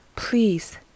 Please